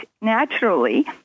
naturally